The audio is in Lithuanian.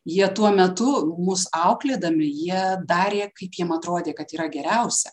jie tuo metu mus auklėdami jie darė kaip jiem atrodė kad yra geriausia